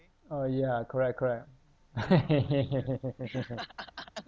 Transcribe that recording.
oh yeah correct correct